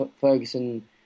Ferguson